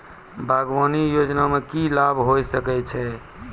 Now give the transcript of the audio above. बागवानी योजना मे की लाभ होय सके छै?